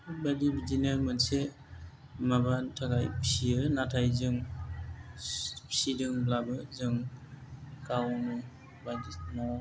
बेबायदि बिदिनो मोनसे माबानि थाखाय फियो नाथाय जों फिसिदोंब्लाबो जों गावनो बायदिसिना